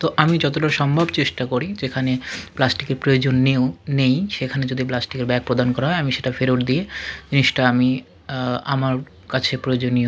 তো আমি যতটা সম্ভব চেষ্টা করি যেখানে প্লাস্টিকের প্রয়োজন নেও নেই সেখানে যদি প্লাস্টিকের ব্যাগ প্রদান করা হয় আমি সেটা ফেরত দিয়ে জিনিসটা আমি আমার কাছে প্রয়োজনীয়